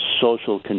social